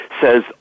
says